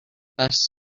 best